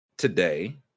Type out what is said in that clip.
Today